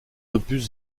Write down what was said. opus